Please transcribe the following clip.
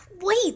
Wait